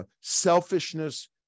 selfishness